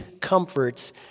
comforts